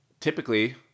typically